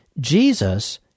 Jesus